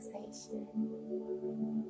relaxation